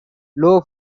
low